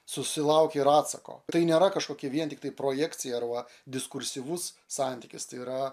susilaukia ir atsako tai nėra kažkokia vien tiktai projekcija arba diskursyvus santykis tai yra